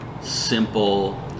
simple